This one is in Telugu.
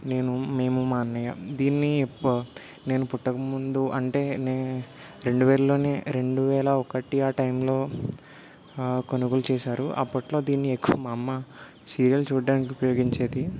నేను మేము మా అన్నయ్య దీన్ని వా నేను పుట్టకముందు అంటే నే రెండు వేలలోనే రెండు వేల ఒకటి ఆ టైంలో కొనుగోలు చేశారు అప్పట్లో దీన్ని ఎక్స్ మా అమ్మ సీరియల్ చూడడానికి ఉపయోగించేది